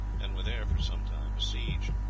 and were there for some time besieged.